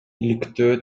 иликтөө